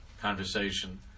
conversation